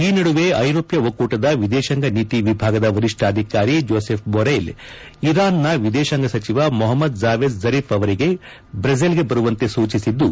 ಈ ನಡುವೆ ಐರೋಪ್ತ ಒಕ್ಕೂಟದ ವಿದೇಶಾಂಗ ನೀತಿ ವಿಭಾಗದ ವರಿಷ್ಠಾಧಿಕಾರಿ ಜೋಸೆಪ್ ಬೊರ್ರೈಲ್ ಇರಾನ್ನ ವಿದೇಶಾಂಗ ಸಚಿವ ಮೊಹಮ್ದದ್ ಜಾವೇದ್ ಝರಿಫ್ ಅವರಿಗೆ ಬ್ರೆಸೆಲ್ಗೆ ಬರುವಂತೆ ಸೂಚಿಸಿದ್ದು